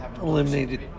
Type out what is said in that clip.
eliminated